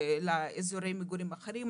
לאזורי מגורים אחרים.